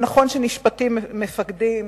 נכון שנשפטים מפקדים,